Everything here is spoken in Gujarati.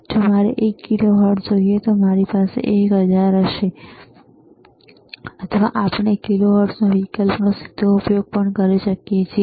જો મારે એક કિલોહર્ટ્ઝ જોઈએ છે તો મારી પાસે 1000 હશે અથવા આપણે કિલોહર્ટ્ઝ વિકલ્પનો સીધો ઉપયોગ પણ કરી શકીએ છીએ